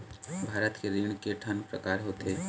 भारत के ऋण के ठन प्रकार होथे?